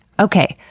okay,